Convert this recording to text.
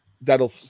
that'll